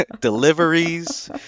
deliveries